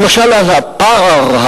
למשל הפער,